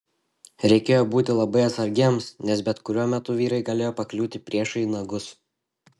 reikėjo būti labai atsargiems nes bet kuriuo metu vyrai galėjo pakliūti priešui į nagus